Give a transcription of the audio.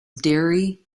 derry